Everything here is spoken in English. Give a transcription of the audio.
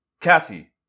Cassie